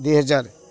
ଦୁଇହଜାର